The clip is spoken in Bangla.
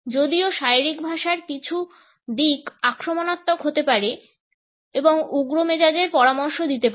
যদিও শারীরিক ভাষার কিছু দিক আক্রমণাত্মক হতে পারে এবং উগ্র মেজাজের পরামর্শ দিতে পারে